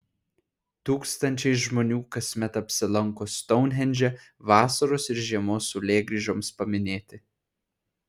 tūkstančiai žmonių kasmet apsilanko stounhendže vasaros ir žiemos saulėgrįžoms paminėti